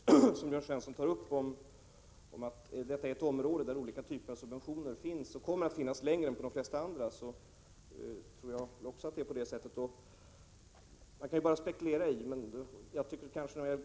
Fru talman! Också jag tror att det förhåller sig så som Jörn Svensson sade avslutningsvis, nämligen att detta är ett område där olika typer av subventioner finns och kommer att finnas längre än på de flesta andra områden. Man kan naturligtvis bara spekulera i vilka orsakerna till detta är.